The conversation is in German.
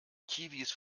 kiwis